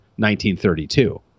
1932